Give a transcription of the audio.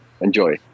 enjoy